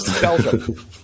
Belgium